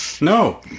no